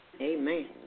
Amen